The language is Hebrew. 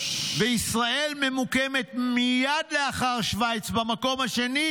וישראל ממוקמת מייד לאחר שווייץ במקום השני,